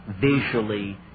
visually